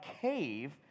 cave